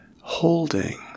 holding